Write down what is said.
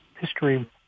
history